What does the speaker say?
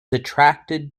attracted